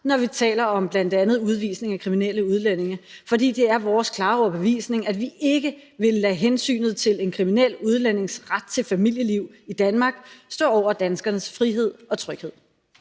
når vi taler om bl.a. udvisning af kriminelle udlændinge, fordi det er vores klare overbevisning, at vi ikke vil lade hensynet til en kriminel udlændings ret til et familieliv i Danmark stå over danskernes frihed og tryghed.